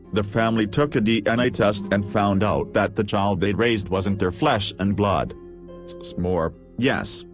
the family took a dna test and found out that the child they'd raised wasn't their flesh and blood. cece moore yes,